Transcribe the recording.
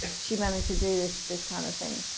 she managed to do this this kind of thing.